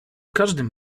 każdym